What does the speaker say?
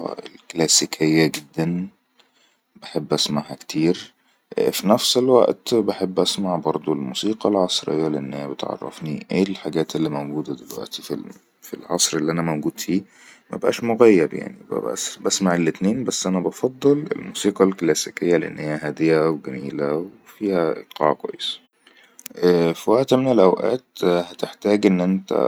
احب الكلاسيسكه جدن بحب اسمعها كتير فنفس الوئت بحب اسمع بردو الموسيقي العصريه لانها بتعرفني اي الحجات الموجوده دلوؤتي في العصر اللي انا موجود في مبئاش مغيب يعني بسمع الاتنين بس انا بفضل الموسيقي الكلاسيكيه لانها هاديه وجميلع وفيها ايقاع كويس ءءء في وئت من الاوئات هتحتاج ان انت